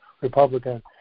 Republican